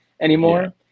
anymore